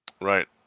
Right